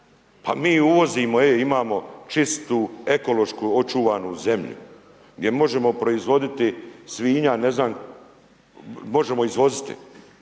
Pa mi uvozimo, e, imamo čistu ekološku očuvanu zemlju, gdje možemo proizvoditi svinja, ne znam, možemo izvoziti.